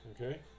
okay